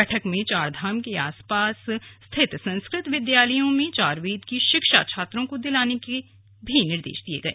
बैठक में चारधाम के आस पास स्थित संस्कृत विद्यालयों में चारवेद की शिक्षा छात्रों को दिलाने पर चर्चा हुई